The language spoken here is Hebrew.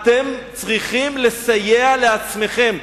אתם צריכים לסייע לעצמכם.